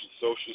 social